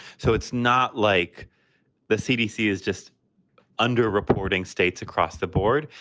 so it's not like the cdc is just underreporting states across the board.